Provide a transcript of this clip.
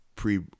Pre